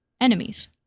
enemies